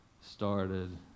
started